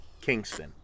Kingston